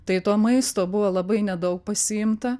tai to maisto buvo labai nedaug pasiimta